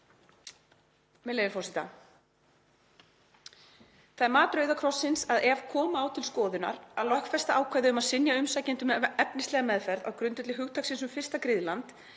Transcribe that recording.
Með leyfi forseta: „Það er mat Rauða krossins að ef koma á til skoðunar að lögfesta ákvæði um að synja umsækjendum um efnislega meðferð á grundvelli hugtaksins um fyrsta griðland